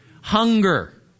Hunger